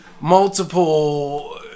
multiple